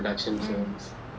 mm